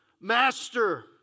Master